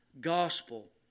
gospel